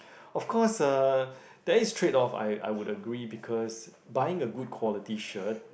of course uh there is trade off I I would agree because buying a good quality shirt